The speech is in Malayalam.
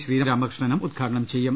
ശ്രീരാമകൃഷ്ണനും ഉദ്ഘാടനം ചെയ്യും